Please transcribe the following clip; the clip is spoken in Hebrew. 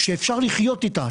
שאפשר לחיות איתה,